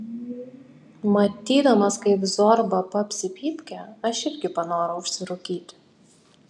matydamas kaip zorba papsi pypkę aš irgi panorau užsirūkyti